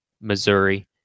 Missouri